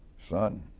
son,